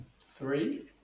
Three